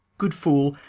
good fool,